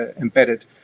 embedded